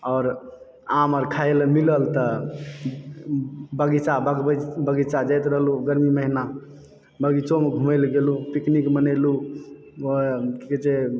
आओर आम अगर खाय लए मिलल तऽ बगीचा बगबे बगीचा जाइत रहलहुॅं गरमी महिना बगीचो मे घुमय लए गेलहुॅं पिकनिक मनेलहुॅं की कहै छै